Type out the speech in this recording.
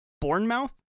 Bournemouth